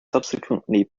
subsequently